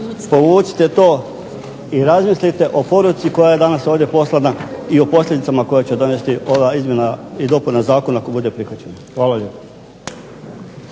povucite to i razmislite o poruci koja je danas ovdje poslana i o posljedicama koje će donesti ova izmjena i dopuna zakona ako bude prihvaćena. Hvala lijepa.